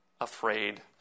afraid